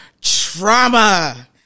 trauma